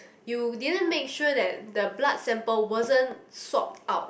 you didn't make sure that the blood sample wasn't swapped out